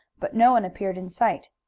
but no one appeared in sight.